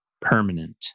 permanent